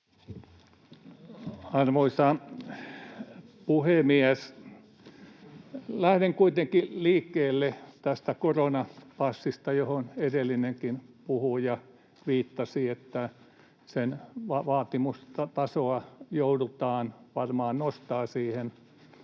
Arvoisa puhemies! Lähden liikkeelle tästä koronapassista, kun edellinenkin puhuja viittasi siihen, että sen vaatimustasoa joudutaan varmaan nostamaan siihen